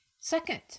Second